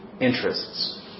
interests